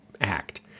act